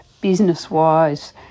business-wise